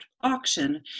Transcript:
auction